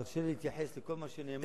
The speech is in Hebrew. תרשה לי להתייחס לכל מה שנאמר,